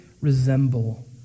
resemble